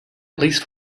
least